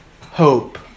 hope